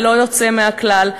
ללא יוצא מהכלל,